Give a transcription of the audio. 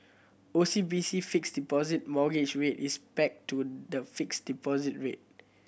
O C B C Fixed Deposit Mortgage Rate is pegged to the fixed deposit rate